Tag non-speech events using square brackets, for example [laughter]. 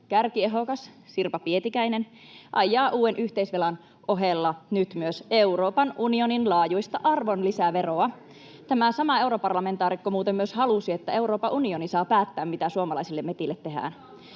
kärkiehdokas Sirpa Pietikäinen ajaa uuden yhteisvelan ohella nyt myös Euroopan unionin laajuista arvonlisäveroa. [noise] Tämä sama europarlamentaarikko muuten myös halusi, että Euroopan unioni saa päättää, mitä suomalaisille metsille tehdään.